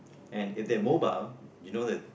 and if they're mobile you know that